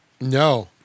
No